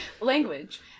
language